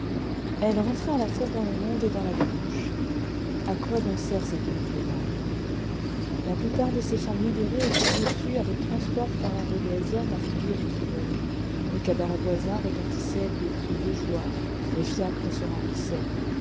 elles rentraient à la fois dans le monde et dans la débauche à quoi donc sert cet horrible mal la plupart de ces femmes libérées étaient reçues avec transport par des hommes à figures équivoques le cabaret voisin retentissait de cris de joie les fiacres se remplissaient